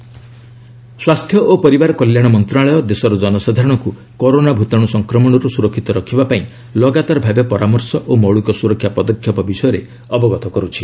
health advisor ସ୍ୱାସ୍ଥ୍ୟ ଓ ପରିବାର କଲ୍ୟାଣ ମନ୍ତ୍ରଣାଳୟ ଦେଶର ଜନସାଧାରଣଙ୍କୁ କରୋନା ଭୂତାଣୁ ସଂକ୍ରମଣରୁ ସୁରକ୍ଷିତ ରଖିବାପାଇଁ ଲଗାତାର ଭାବେ ପରାମର୍ଶ ଓ ମୌଳିକ ସୁରକ୍ଷା ପଦକ୍ଷେପ ବିଷୟରେ ଅବଗତ କରୁଛି